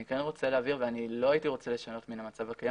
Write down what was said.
אני כן רוצה להבהיר ולא הייתי רוצה לשנות מן המצב הקיים,